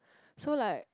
so like